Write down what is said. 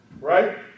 right